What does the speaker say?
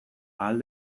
ahal